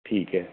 ठीक है